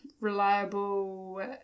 reliable